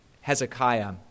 Hezekiah